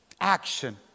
Action